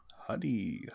honey